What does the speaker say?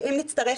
ואם נצטרך,